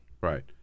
Right